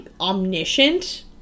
omniscient